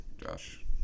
Josh